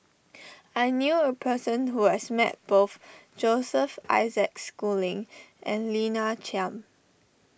I knew a person who has met both Joseph Isaac Schooling and Lina Chiam